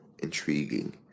intriguing